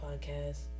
podcast